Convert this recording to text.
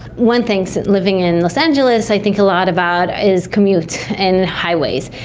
one thing so living in los angeles i think a lot about is commute and highways.